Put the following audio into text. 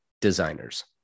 designers